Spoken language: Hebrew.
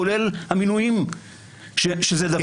כולל המינויים שזה דבר קריטי.